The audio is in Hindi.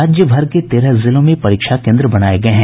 राज्य भर के तेरह जिलों में परीक्षा केन्द्र बनाये गये हैं